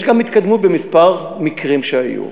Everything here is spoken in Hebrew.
יש גם התקדמות בכמה מקרים שהיו,